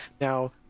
Now